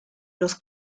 los